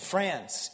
France